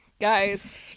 guys